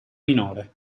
minore